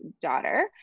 daughter